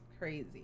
crazy